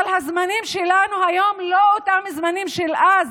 אבל הזמנים שלנו היום לא אותם זמנים של אז: